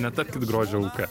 netapkit grožio auka